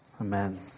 Amen